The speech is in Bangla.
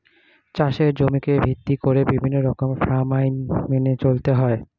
চাষের জমিকে ভিত্তি করে বিভিন্ন রকমের ফার্ম আইন মেনে চলতে হয়